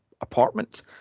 apartment